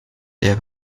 der